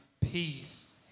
peace